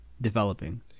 developing